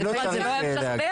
אני לא צריך להגיד.